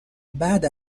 بعد